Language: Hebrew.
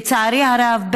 לצערי הרב,